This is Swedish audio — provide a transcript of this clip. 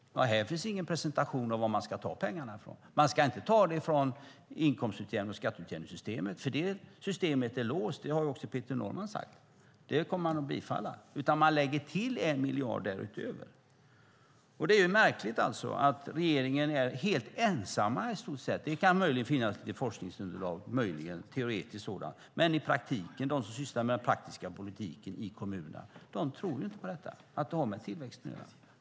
Men här finns ingen presentation av var man ska ta pengarna från. Man ska inte ta dem från inkomstutjämnings och skatteutjämningssystemet, för det systemet är låst - det har också Peter Norman sagt, och det kommer man att bifalla - utan man lägger till en miljard därutöver. Det är märkligt att regeringen är i stort sett ensam när det gäller det här. Det kan möjligen finnas lite forskningsunderlag, teoretisk sådan. Men de som sysslar med den praktiska politiken i kommunerna tror inte att detta har med tillväxten att göra.